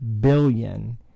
billion